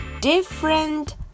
Different